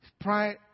Pride